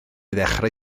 ddechrau